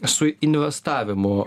su investavimu